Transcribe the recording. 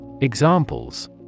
Examples